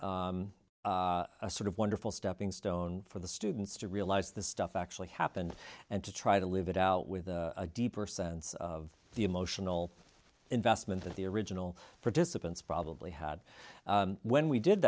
a sort of wonderful stepping stone for the students to realize the stuff actually happened and to try to live it out with a deeper sense of the emotional investment that the original participants probably had when we did